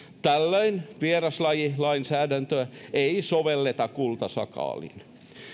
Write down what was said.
tällöin vieraslajilainsäädäntöä ei sovelleta kultasakaaliin